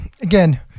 again